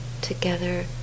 together